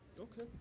Okay